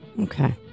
Okay